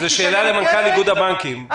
יוליה, זו שאלה למנכ"ל איגוד הבנקים.